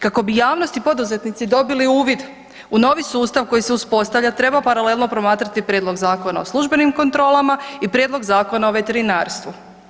Kako bi javnost i poduzetnici dobili uvid u novi sustav koji se uspostavlja treba paralelno promatrati prijedlog Zakona o službenim kontrolama i prijedlog Zakona o veterinarstvu.